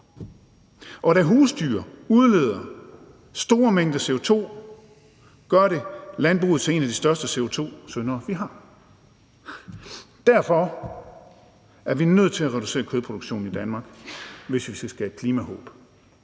og da husdyr udleder store mængder CO2, gør det landbruget til en af de største CO2-syndere, vi har. Derfor er vi nødt til at reducere kødproduktionen i Danmark, hvis vi skal skabe klimahåb.